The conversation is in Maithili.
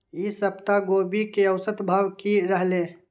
ई सप्ताह गोभी के औसत भाव की रहले?